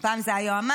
פעם זה היועמ"שית,